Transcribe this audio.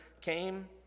came